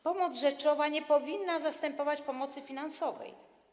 Pomoc rzeczowa nie powinna zastępować pomocy finansowej.